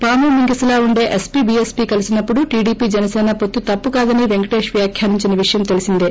పాము ముంగీసలా ఉండే ఎస్సీ బీఎస్సీ కలిసినప్పుడు టీడీపీ జనసీన పొత్తు తప్పుకాదని పెంకటేష్ వ్యా వ్యాఖ్యానించిన విషయం తెలీసిందే